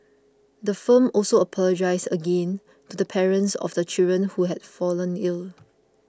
the firm also apologised again to the parents of the children who have fallen ill